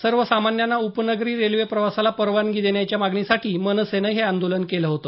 सर्वसामान्यांना उपनगरी रेल्वे प्रवासाला परवानगी देण्याच्या मागणीसाठी मनसेनं हे आंदोलन केलं होत